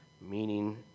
meaning